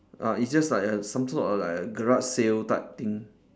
uh it's just like a some sort of like a garage sale type thing